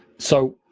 so,